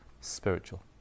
spiritual